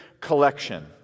collection